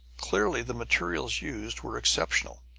clearly the materials used were exceptional,